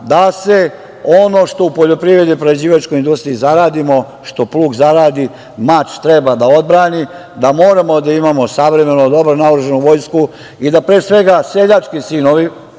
da ono što u poljoprivredi, prerađivačkoj industriji zaradimo, što plug zaradi mač treba da odbrani, da moramo da imamo savremenu, dobro naoružanu vojsku i da, pre svega, seljački sinovi,